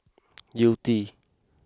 Yew Tee